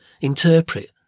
interpret